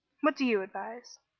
what do you advise?